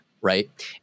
right